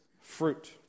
fruit